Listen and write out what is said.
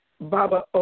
Baba